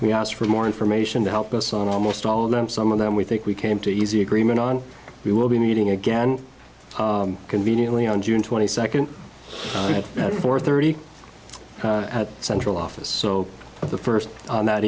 we asked for more information to help us on almost all of them some of them we think we came to easy agreement on we will be meeting again conveniently on june twenty second at four thirty at central office so of the first that